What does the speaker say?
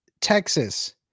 Texas